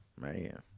Man